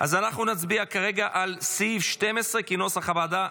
אנחנו נצביע כרגע על סעיף 12, כנוסח הוועדה.